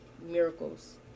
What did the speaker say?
miracles